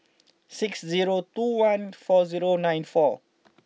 six zero two one four zero nine four